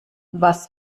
was